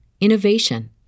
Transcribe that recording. innovation